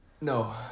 No